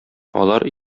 алар